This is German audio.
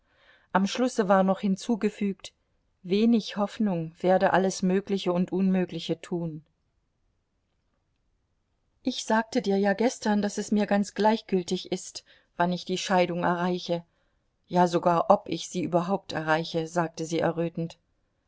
am schlusse war noch hinzugefügt wenig hoffnung werde alles mögliche und unmögliche tun ich sagte dir ja gestern daß es mir ganz gleichgültig ist wann ich die scheidung erreiche ja sogar ob ich sie überhaupt erreiche sagte sie errötend